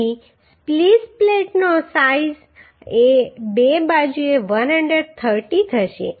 તેથી સ્પ્લિસ્ડ પ્લેટની સાઈઝ બે બાજુએ 130 થશે